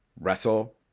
Wrestle